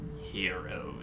heroes